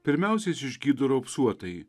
pirmiausia jis išgydo raupsuotąjį